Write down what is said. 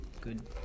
good